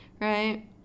Right